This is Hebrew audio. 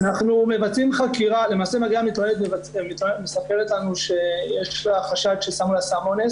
מגיעה המתלוננת ומספרת לנו שיש לה חשד ששמו לה סם אונס.